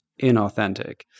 inauthentic